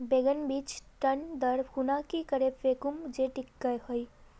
बैगन बीज टन दर खुना की करे फेकुम जे टिक हाई?